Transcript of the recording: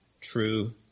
True